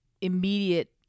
immediate